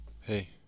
Hey